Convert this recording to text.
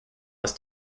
was